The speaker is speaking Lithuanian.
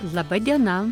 laba diena